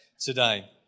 today